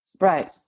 Right